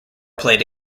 played